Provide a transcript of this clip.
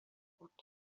بود